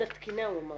--- התקינה הוא אמר.